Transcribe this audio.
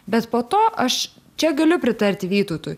bet po to aš čia galiu pritarti vytautui